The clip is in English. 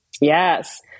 Yes